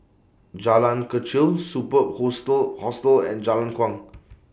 Jalan Kechil Superb Hostel Hostel and Jalan Kuang